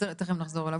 תיכף נחזור אליו.